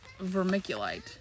vermiculite